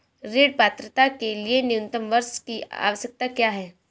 ऋण पात्रता के लिए न्यूनतम वर्ष की आवश्यकता क्या है?